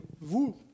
vous